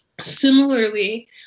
Similarly